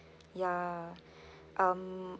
ya um